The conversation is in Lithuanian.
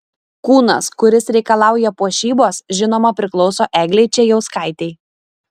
kūnas kuris reikalauja puošybos žinoma priklauso eglei čėjauskaitei